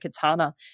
katana